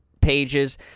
pages